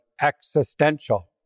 existential